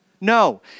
No